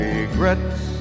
Regrets